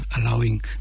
allowing